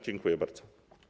Dziękuję bardzo.